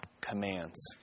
commands